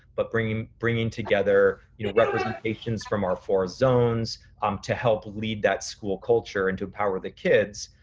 but bringing bringing together you know representations from our four zones um to help lead that school culture and to empower the kids